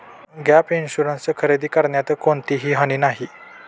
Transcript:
gap insurance खरेदी करण्यात कोणतीही हानी नाही